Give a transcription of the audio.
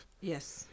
Yes